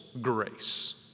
grace